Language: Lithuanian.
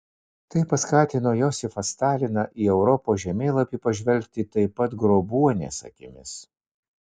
tai paskatino josifą staliną į europos žemėlapį pažvelgti taip pat grobuonies akimis